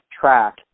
track